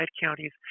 counties